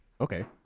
Okay